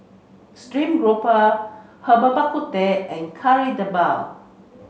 Stream Grouper Herbal Bak Ku Teh and Kari Debal